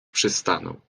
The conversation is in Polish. przystanął